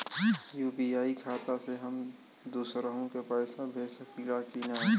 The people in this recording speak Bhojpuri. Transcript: यू.पी.आई खाता से हम दुसरहु के पैसा भेज सकीला की ना?